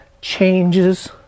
changes